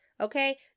okay